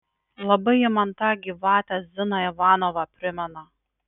labai ji man tą gyvatę ziną ivanovą primena